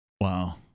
Wow